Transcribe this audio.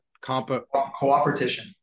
Cooperation